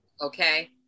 okay